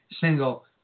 single